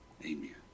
Amen